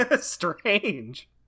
Strange